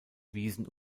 wiesen